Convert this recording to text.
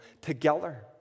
together